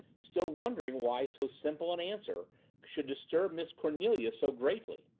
still wondering why so simple an answer should disturb miss cornelia so greatly.